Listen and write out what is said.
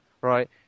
right